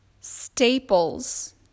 Staples